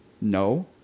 No